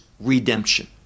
redemption